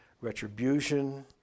retribution